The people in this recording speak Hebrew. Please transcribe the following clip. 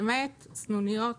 למעט סנוניות